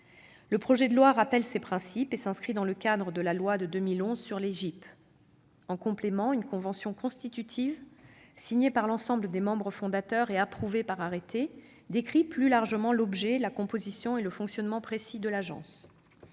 Le projet de loi rappelle ces principes et s'inscrit dans le cadre de la loi de 2011 sur les GIP. En complément, une convention constitutive signée par l'ensemble des membres fondateurs et approuvée par arrêté décrit plus largement l'objet, la composition et le fonctionnement précis de l'Agence.